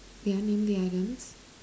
yeah name the items